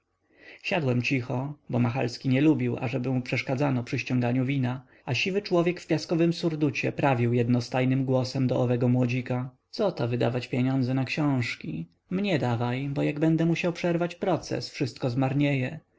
siadłem cicho bo machalski nie lubił ażeby mu przeszkadzano przy ściąganiu wina a siwy człowiek w piaskowym surducie prawił jednostajnym głosem do owego młodzika coto wydawać pieniądze na książki mnie dawaj bo jak będę musiał przerwać proces wszystko zmarnieje